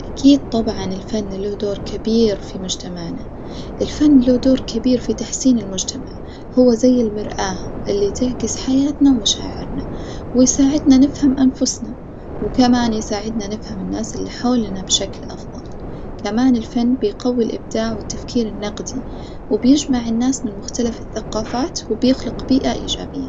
أكيد طبعاً الفن له دور كبير في مجتمعنا، الفن له دور كبير في تحسين المجتمع هو زي المرآة اللي تعكس حياتنا ومشاعرنا ويساعدنا نفهم أنفسنا و كمان يساعدنا نفهم الناس اللي حولنا بشكل أفضل، كمان الفن بيقوي الإبداع والتفكير النقدي وبيجمع الناس من مختلف الثقافات وبيخلق بيئة إيجابية.